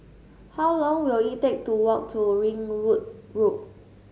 how long will it take to walk to Ringwood Road